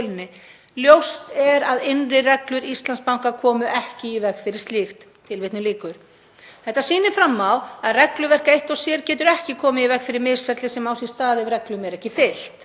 Ljóst er að innri reglur Íslandsbanka komu ekki í veg fyrir slíkt.“ Þetta sýnir fram á að regluverk eitt og sér getur ekki komið í veg fyrir misferli sem á sér stað ef reglum er ekki fylgt.